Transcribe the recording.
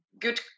good